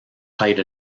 height